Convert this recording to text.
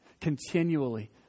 continually